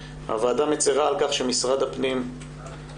הוועדה מצרה על כך שנציגת משרד הפנים בחרה